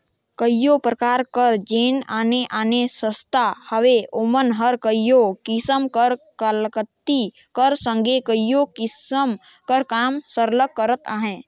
कइयो परकार कर जेन आने आने संस्था हवें ओमन हर कइयो किसिम कर कलाकृति कर संघे कइयो किसिम कर काम सरलग करत अहें